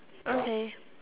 okay